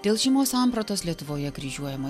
dėl šeimos sampratos lietuvoje kryžiuojama